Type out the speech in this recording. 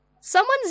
someone's